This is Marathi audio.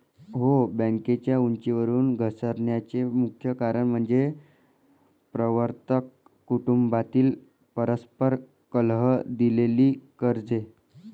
हो, बँकेच्या उंचीवरून घसरण्याचे मुख्य कारण म्हणजे प्रवर्तक कुटुंबातील परस्पर कलह, दिलेली कर्जे